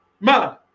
ma